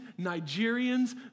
Nigerians